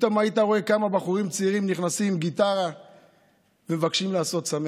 פתאום היית רואה כמה בחורים צעירים נכנסים עם גיטרה ומבקשים לעשות שמח.